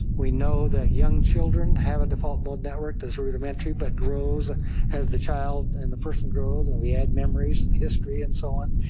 we know that young children have a default mode network that is rudimentary but grows as the child and the person grows and we add memories and history and so on.